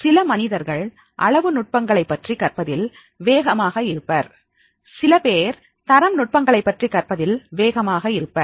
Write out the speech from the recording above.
சில மனிதர்கள் அளவு நுட்பங்களை பற்றி கற்பதில் வேகமாக இருப்பர் சில பேர் தரம் நுட்பங்களை பற்றி கற்பதில் வேகமாக இருப்பர்